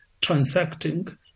transacting